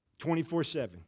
24-7